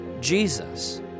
Jesus